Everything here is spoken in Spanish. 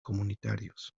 comunitarios